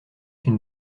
une